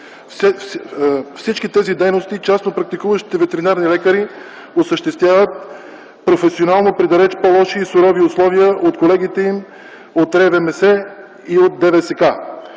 Всички тези дейности частно практикуващите ветеринарни лекари осъществяват професионално при далеч по-лоши и сурови условия от колегите им от районните